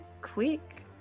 quick